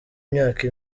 imyaka